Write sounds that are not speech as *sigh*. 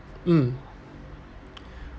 mm *breath*